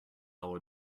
will